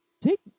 take